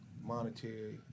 monetary